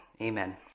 amen